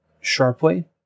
sharply